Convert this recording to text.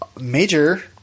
Major